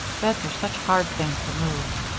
beds are such hard things to move.